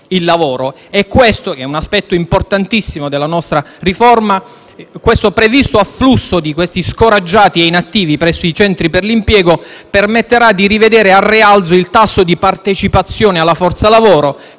E questo aspetto importantissimo della nostra riforma, ossia il previsto afflusso di questi scoraggiati e inattivi presso i centri per l'impiego, permetterà di rivedere al rialzo il tasso di partecipazione alla forza lavoro